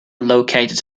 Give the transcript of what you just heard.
located